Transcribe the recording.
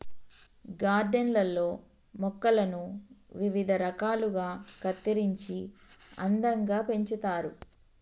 garden లల్లో మొక్కలను వివిధ రకాలుగా కత్తిరించి అందంగా పెంచుతారు